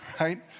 right